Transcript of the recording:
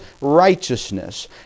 righteousness